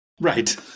Right